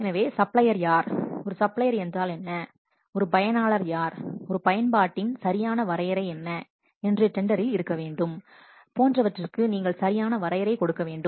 எனவே சப்ளையர் யார் ஒரு சப்ளையர் என்றால் என்ன ஒரு பயனர் யார் ஒரு பயன்பாட்டின் சரியான வரையறை என்ன என்று டெண்டரில் இருக்க வேண்டும் போன்றவற்றிற்கு நீங்கள் சரியான வரையறை கொடுக்க வேண்டும்